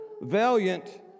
valiant